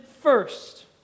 first